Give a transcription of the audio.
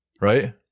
Right